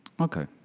Okay